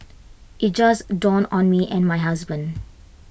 IT just dawned on me and my husband